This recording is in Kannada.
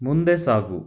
ಮುಂದೆ ಸಾಗು